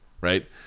right